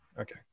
okay